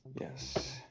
Yes